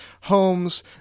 homes